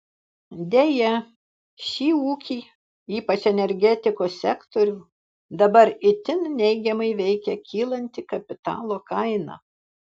deja šį ūkį ypač energetikos sektorių dabar itin neigiamai veikia kylanti kapitalo kaina